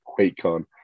QuakeCon